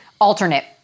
alternate